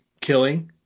killing